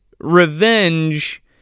Revenge